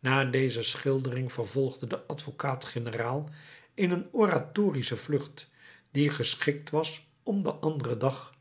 na deze schildering vervolgde de advocaat-generaal in een oratorische vlucht die geschikt was om den anderen dag